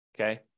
Okay